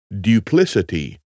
duplicity